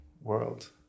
world